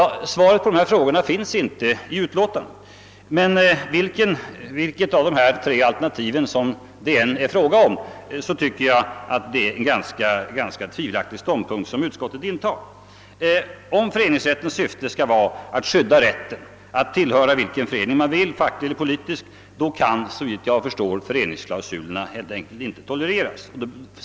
Svaret på dessa frågor finns inte i utlåtandet men vilket av de tre alternativen som än är utskottets ståndpunkt är den ganska tvivelaktig. Om föreningsrättens syfte skall vara att skydda rätten att tillhöra vilken förening man vill, facklig eller politisk, kan föreningsklausulerna helt enkelt inte tolereras.